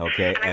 Okay